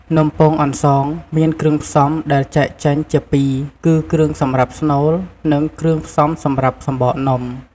នំពងអន្សងមានគ្រឿងផ្សំ ដែលចែកចេញជាពីរគឺគ្រឿងសម្រាប់ស្នូល និងគ្រឿងផ្សំសម្រាប់សំបកនំ។